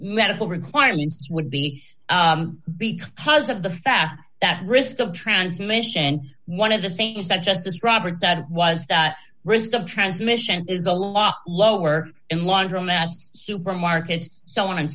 medical requirements would be because of the fact that risk of transmission one of the things that justice roberts that was the risk of transmission is a lot lower in laundromats supermarkets so on and